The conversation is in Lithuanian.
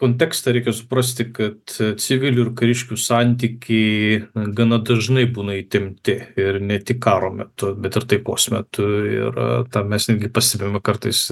kontekstą reikia suprasti kad civilių ir kariškių santykiai gana dažnai būna įtempti ir ne tik karo metu bet ir taikos metu ir tą mes irgi pastebime kartais